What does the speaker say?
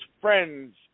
friends